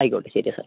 ആയിക്കോട്ടെ ശരി സാർ